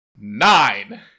Nine